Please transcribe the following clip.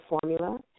formula